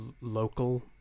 local